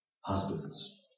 Husbands